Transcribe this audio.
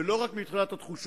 ולא רק מבחינת התחושות,